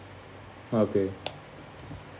well okay